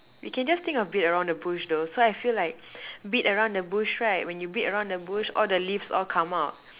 we can just think of beat around the bush though so I feel like beat around the bush right when you beat around the bush all the leaves all come out